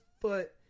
foot